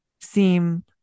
seem